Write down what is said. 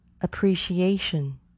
appreciation